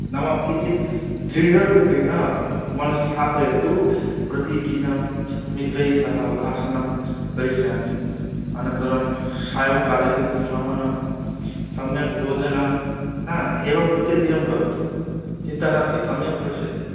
नाम किञ्चित् दृढरूपेण मनसि स्थापयतु प्रतिदिनं च मित्रैः सह भाषणं करिष्यामि अनन्तरं सायङ्काले किञ्चिद् भ्रमणं सम्यग्भोजनं हा एवं प्रतिदिनं करोतु चिन्ता नास्ति सम्यग्भविष्यति